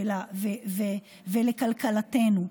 ולכלכלתנו.